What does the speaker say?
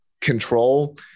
control